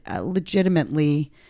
legitimately